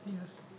Yes